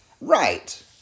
Right